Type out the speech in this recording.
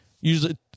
usually